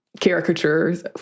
caricatures